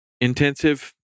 intensive